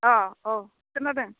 अ औ खोनादों